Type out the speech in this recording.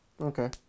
Okay